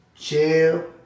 chill